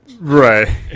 Right